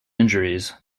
injuries